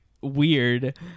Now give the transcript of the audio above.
weird